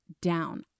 down